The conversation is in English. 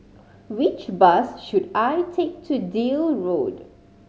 which bus should I take to Deal Road